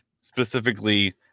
specifically